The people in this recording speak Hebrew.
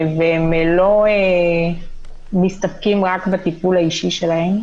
והם לא מסתפקים רק בטיפול האישי שלהם,